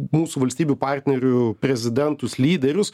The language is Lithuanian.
mūsų valstybių partnerių prezidentus lyderius